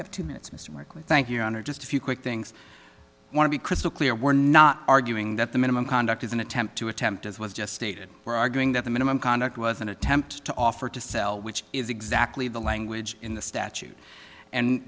have two minutes mr work with thank you under just a few quick things i want to be crystal clear we're not arguing that the minimum conduct is an attempt to attempt as was just stated we're arguing that the minimum conduct was an attempt to offer to sell which is exactly the language in the statute and